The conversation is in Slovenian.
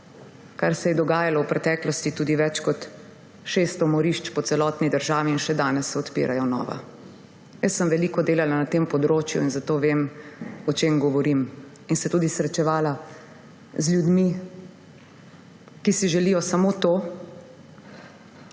kar se je dogajalo v preteklosti, tudi več kot 600 morišč po celotni državi, in še danes se odpirajo nova. Veliko sem delala na tem področju in zato vem, o čem govorim. In se tudi srečevala z ljudmi, ki si želijo samo to,